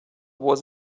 was